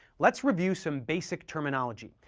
let's review some basic terminology.